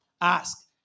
ask